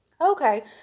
Okay